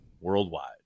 worldwide